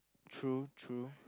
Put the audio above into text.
true true